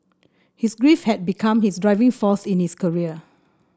his grief had become his driving force in his career